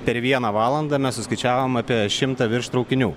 per vieną valandą mes suskaičiavom apie šimtą virš traukinių